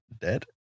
dead